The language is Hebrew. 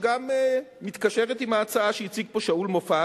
שגם מתקשרת עם ההצעה שהציג פה שאול מופז,